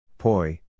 poi